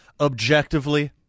Objectively